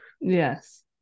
Yes